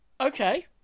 Okay